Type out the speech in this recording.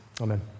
Amen